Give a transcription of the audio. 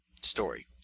story